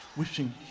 Wishing